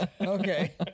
Okay